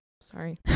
Sorry